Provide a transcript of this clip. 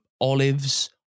olives